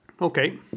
Okay